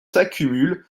s’accumulent